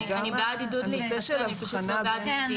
אני בעד עידוד להתחסן, אני לא בעד כפייה.